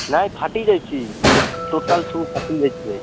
ନାହିଁ ଫାଟି ଯାଇଛି ଟୋଟାଲ୍ ସବୁ ଫାଟି ଯାଇଛି ଭାଇ